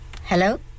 Hello